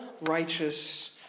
righteous